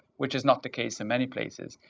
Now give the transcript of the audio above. which is not the case in many places.